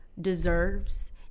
deserves